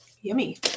yummy